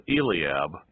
Eliab